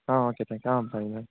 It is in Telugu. okay thank you